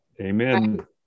Amen